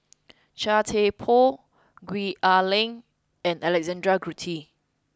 Chia Thye Poh Gwee Ah Leng and Alexander Guthrie